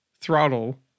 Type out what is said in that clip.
throttle